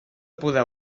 poder